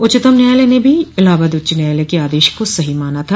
उच्चतम न्यायालय ने भो इलाहाबाद उच्च न्यायालय के आदेश को सही माना था